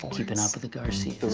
keeping up with the garcia's.